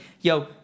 yo